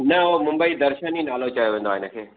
न हू मुंबई दर्शन ई नालो चयो वेंदो आहे इन खे